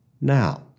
Now